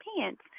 pants